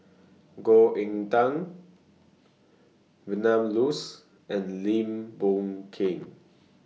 Goh Eck Kheng Vilma Laus and Lim Boon Keng